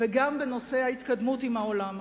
וגם בנושא ההתקדמות עם העולם הערבי.